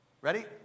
Ready